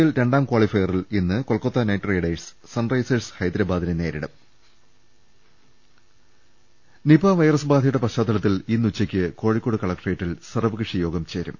L രണ്ടാം ക്വാളിഫയറിൽ ഇന്ന് കൊൽക്കത്ത നൈറ്റ്റൈഡേ ഴ്സ് സൺറൈസേഴ്സ് ഹൈദരാബാദിനെ നേരിടും ദർശ്ശിക്കു നിപ വൈറസ് ബാധ യുടെ പശ്ചാത്തലത്തിൽ ഇന്ന് ഉച്ചയ് ക്ക് കോഴിക്കോട് കലക്ടറേറ്റിൽ സർവ്വകക്ഷിയോഗം ചേരും